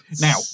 Now